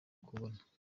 kubona